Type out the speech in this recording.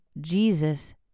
Jesus